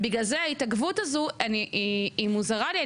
וההתעכבות הזאת מוזרה לי.